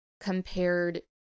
compared